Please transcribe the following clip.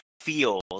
feels